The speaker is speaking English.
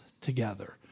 together